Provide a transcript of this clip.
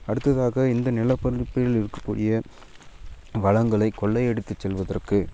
அடுத்ததாக இந்த நிலப்பரப்பில் இருக்கக்கூடிய வளங்களை கொள்ளை அடித்துச் செல்வதற்கு